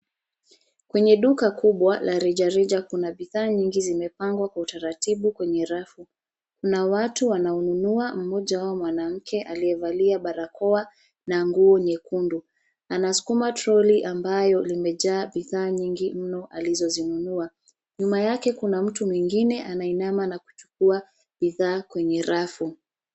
Kwenye duka kubwa la reja reja, kuna bidhaa mingi zimepangwa kwa utaratibu kwenye rafu. Kuna watu wanaonunua; mmoja wao mwanamke aliyevalia barakoa na nguo nyekundu. Anasukuma troli ambayo limejaa bidhaa mingi mno alizozinunua. Nyuma yake kuna mtu mwingini anainama na kuchukua bidhaa kwenye rafu.